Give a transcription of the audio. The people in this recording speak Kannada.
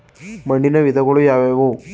ಮಣ್ಣಿನ ವಿಧಗಳು ಯಾವುವು?